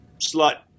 Slut